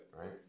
right